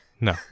No